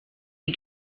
des